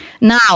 Now